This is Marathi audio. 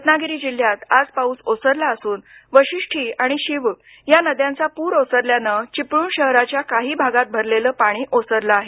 रत्नागिरी जिल्ह्यात आज पाऊस ओसरला असून वशिष्ठी आणि शीव या नद्यांचा पूर ओसरल्यानं चिपळूण शहराच्या काही भागांत भरलेलं पाणी ओसरलं आहे